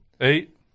Eight